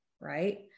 right